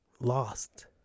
Lost